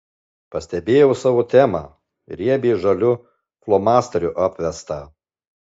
pastebėjau savo temą riebiai žaliu flomasteriu apvestą